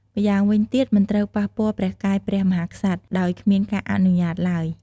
ម្យ៉ាងវិញទៀតមិនត្រូវប៉ះពាល់ព្រះកាយព្រះមហាក្សត្រ ដោយគ្មានការអនុញ្ញាតឡើយ។